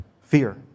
fear